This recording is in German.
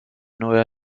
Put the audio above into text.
neuer